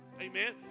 Amen